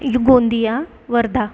Gondia Wardha